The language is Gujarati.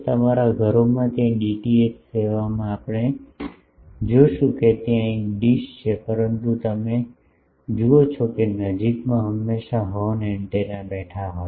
તમારા ઘરોમાં ત્યાં ડીટીએચ સેવામાં પણ અમે જોશું કે ત્યાં એક ડીશ છે પરંતુ તમે જુઓ કે નજીકમાં હંમેશા હોર્ન એન્ટેના બેઠા હોય છે